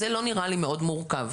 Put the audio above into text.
זה לא נראה לי מאוד מורכב,